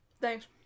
Thanks